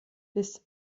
des